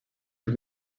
piú